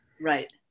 right